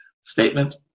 statement